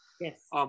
Yes